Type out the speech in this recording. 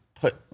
put